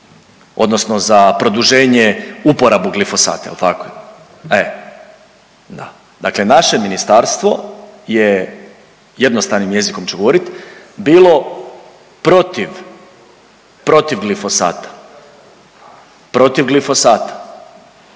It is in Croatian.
odnosno za produženje uporabu glifosata jel' tako? Dakle, naše ministarstvo je, jednostavnim jezikom ću govoriti bilo protiv glifosata, protiv glifosata.